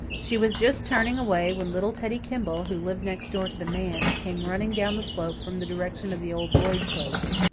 she was just turning away when little teddy kimball, who lived next door to the manse, came running down the slope from the direction of the old lloyd place.